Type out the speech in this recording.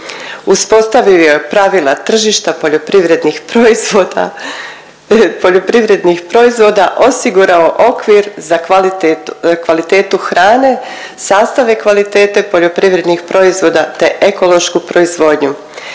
poljoprivrednih proizvoda, poljoprivrednih proizvoda, osigurao okvir za kvalitetu hrane, sastave kvalitete poljoprivrednih proizvoda te ekološku proizvodnju.